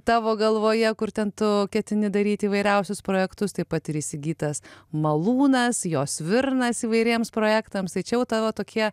tavo galvoje kur ten tu ketini daryti įvairiausius projektus taip pat ir įsigytas malūnas jo svirnas įvairiems projektams tai čia jau tavo tokie